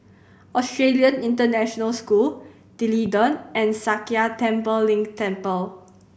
Australian International School D'Leedon and Sakya Tenphel Ling Temple